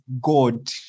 God